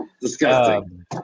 Disgusting